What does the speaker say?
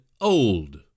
Old